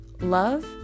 Love